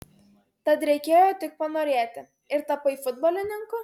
tad reikėjo tik panorėti ir tapai futbolininku